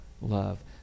love